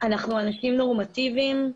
אנחנו אנשים נורמטיביים,